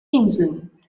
inseln